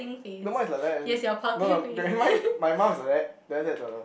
no my is like that one no no my okay my mouth is like that than after that the the